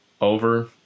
over